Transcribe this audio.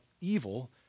evil